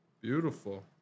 Beautiful